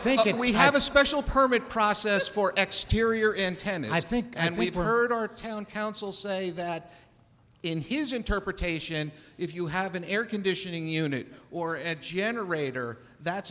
that we have a special permit process for exteriors are intended i think and we've heard our town council say that in his interpretation if you have an air conditioning unit or at generator that